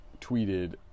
tweeted